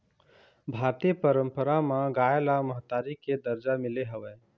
भारतीय पंरपरा म गाय ल महतारी के दरजा मिले हवय